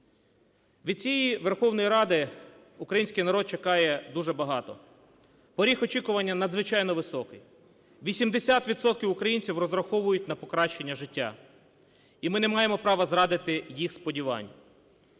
Від цієї Верховної Ради український народ чекає дуже багато, поріг очікування надзвичайно високий: 80 відсотків українців розраховують на покращання життя, і ми не маємо права зрадити їх сподівань.